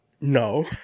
no